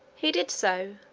he did so,